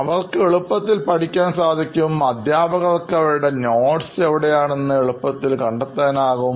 അവർക്ക് എളുപ്പത്തിൽ പഠിക്കാൻ സാധിക്കും അദ്ധ്യാപകർക്ക് അവരുടെ കുറിപ്പുകൾ എവിടെയാണെന്ന് എളുപ്പത്തിൽ കണ്ടെത്താനാകും